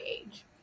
age